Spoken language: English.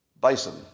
Bison